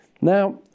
Now